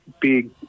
big